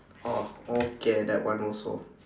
orh okay that one also